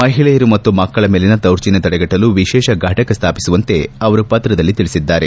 ಮಹಿಳೆಯರು ಮತ್ತು ಮಕ್ಕಳ ಮೇಲಿನ ದೌರ್ಜನ್ನ ತಡೆಗಟ್ಟಲು ವಿಶೇಷ ಫಟಕ ಸ್ನಾಪಿಸುವಂತೆ ಅವರು ಪತ್ರದಲ್ಲಿ ತಿಳಿಸಿದ್ದಾರೆ